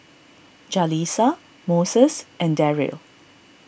Jalisa Moses and Deryl